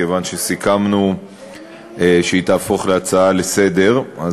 כיוון שסיכמנו שהיא תהפוך להצעה לסדר-היום.